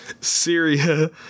Syria